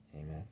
amen